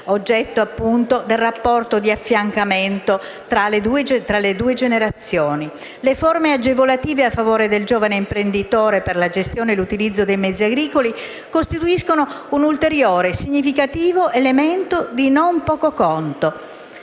oggetto del rapporto di affiancamento tra le due generazioni. Le forme agevolative a favore del giovane imprenditore per la gestione e l'utilizzo dei mezzi agricoli costituiscono un ulteriore significativo elemento di non poco conto.